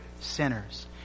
sinners